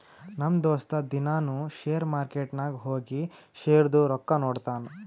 ನಮ್ ದೋಸ್ತ ದಿನಾನೂ ಶೇರ್ ಮಾರ್ಕೆಟ್ ನಾಗ್ ಹೋಗಿ ಶೇರ್ದು ರೊಕ್ಕಾ ನೋಡ್ತಾನ್